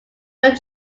when